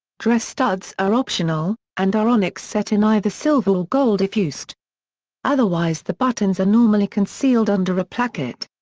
dress-studs are optional, and are onyx set in either silver or gold if used otherwise the buttons are normally concealed under a placket.